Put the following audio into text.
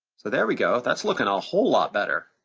so there we go. that's looking a whole lot better.